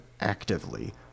actively